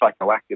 psychoactive